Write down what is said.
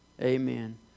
Amen